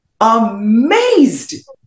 amazed